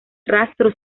rastro